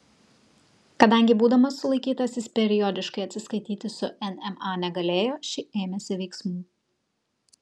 kadangi būdamas sulaikytas jis periodiškai atsiskaityti su nma negalėjo ši ėmėsi veiksmų